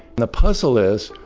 the puzzle is,